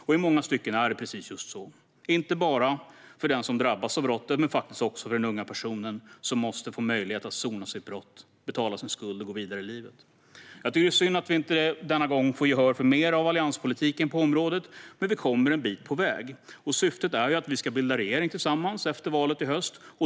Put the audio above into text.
Och i många stycken är det så, inte bara för den som drabbas av brottet utan faktiskt också för den unga personen som måste få möjlighet att sona sitt brott, betala sin skuld och gå vidare i livet. Jag tycker att det var synd att vi inte denna gång fick gehör för mer av allianspolitiken på området, men vi kommer en bit på väg och syftet är ju att vi ska bilda regering tillsammans efter valet i höst.